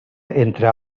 entre